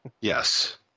Yes